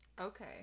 Okay